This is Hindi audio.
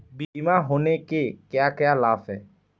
बीमा होने के क्या क्या लाभ हैं?